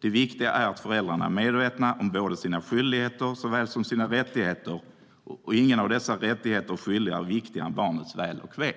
Det viktiga är att föräldrarna är medvetna om såväl sina skyldigheter som sina rättigheter, och ingen av dessa rättigheter och skyldigheter är viktigare än barnets väl och ve.